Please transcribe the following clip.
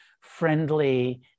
friendly